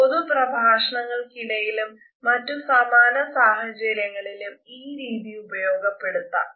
പൊതുപ്രഭാഷണങ്ങൾക്കിടയിലും മറ്റു സമാനസാഹചര്യങ്ങളിലും ഈ രീതി ഉപയോഗപ്പെടുത്താം